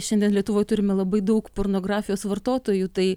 šiandien lietuvoj turime labai daug pornografijos vartotojų tai